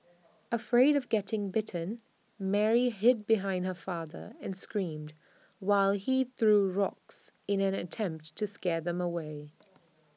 afraid of getting bitten Mary hid behind her father and screamed while he threw rocks in an attempt to scare them away